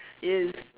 yes